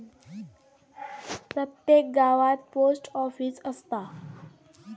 प्रत्येक गावात post office असता